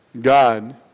God